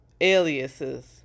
aliases